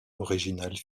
originale